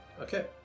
Okay